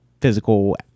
physical